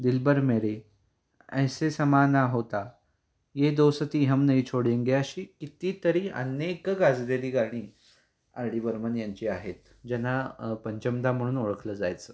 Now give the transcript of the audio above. दिलबर मेरे ऐसे समाँ ना होता ये दोसती हम नही छोडेंगे अशी कितीतरी अनेक गाजलेली गाणी आर डी बर्मन यांची आहेत ज्यांना पंचमदा म्हणून ओळखलं जायचं